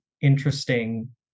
interesting